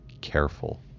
careful